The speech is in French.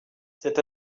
cet